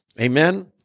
Amen